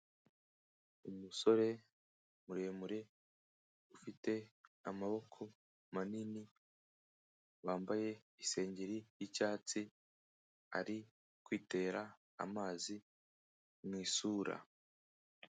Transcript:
Umusore muremure ufite amaboko manini, wambaye isengeri y'icyatsi, ari kwitera amazi mu isura.